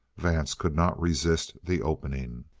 vance could not resist the opening.